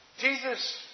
Jesus